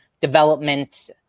development